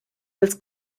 als